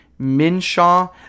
Minshaw